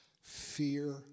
fear